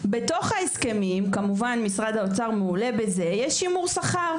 בתוך ההסכמים - כמובן משרד האוצר מעולה בזה - יש שימור שכר.